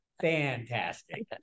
fantastic